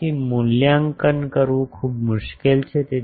તેથી તેનું મૂલ્યાંકન કરવું મુશ્કેલ છે